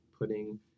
putting